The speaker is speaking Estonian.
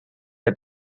jäi